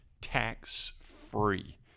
tax-free